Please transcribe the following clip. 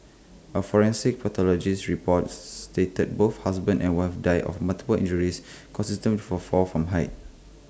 A forensic pathologist's report stated both husband and wife died of multiple injuries consistent for A fall from height